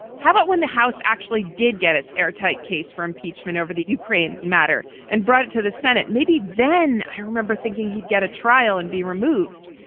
how about when the house actually did get its airtight case for impeachment over the ukraine matter and brought it to the senate? maybe then i remember thinking he'd get a trial and be removed.